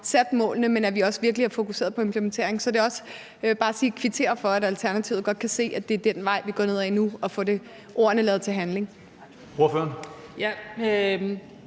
sat målene og også virkelig er fokuseret på implementeringen. Så jeg vil også bare kvittere for, at Alternativet godt kan se, at det er den vej, vi går ned ad nu, så vi får lavet ordene om til handling.